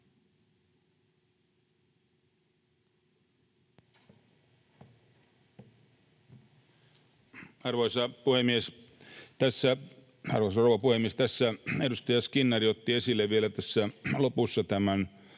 rouva puhemies! Edustaja Skinnari otti esille vielä tässä lopussa tämän